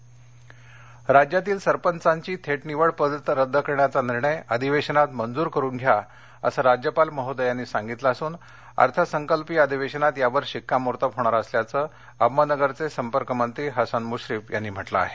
हसन मश्रिफ अगमदनगर राज्यातील सरपंचांची थेट निवड पद्धत रद्द करण्याचा निर्णय अधिवेशनात मंजूर करून घ्या असं राज्यपाल महोदयांनी सांगितलं असून अर्थसंकल्पीय अधिवेशनात यावर शिक्का मोर्तब होणार असल्याचं अहमदनगरचे संपर्कमंत्री हसन मुश्रीफ यांनी म्हटलं आहे